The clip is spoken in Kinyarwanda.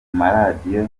maradiyo